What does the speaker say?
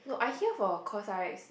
no I hear for Cosrx